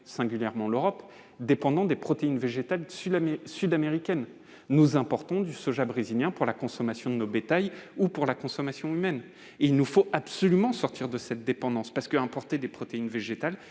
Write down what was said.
également l'Europe -dépendons des protéines végétales sud-américaines ; nous importons du soja brésilien pour la consommation de notre bétail ou pour la consommation humaine. Il nous faut absolument sortir de cette dépendance, parce qu'importer des protéines végétales